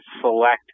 select